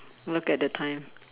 look at the time